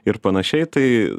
ir panašiai tai